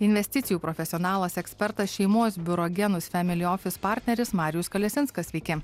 investicijų profesionalas ekspertas šeimos biuro genus femili ofis partneris marijus kalesinskas sveiki